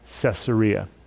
Caesarea